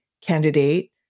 candidate